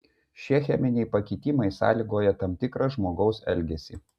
šie cheminiai pakitimai sąlygoja tam tikrą žmogaus elgesį